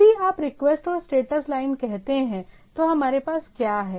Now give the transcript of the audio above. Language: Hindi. यदि आप रिक्वेस्ट और स्टेटस लाइन कहते हैं तो हमारे पास क्या है